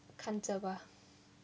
看着吧